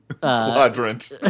quadrant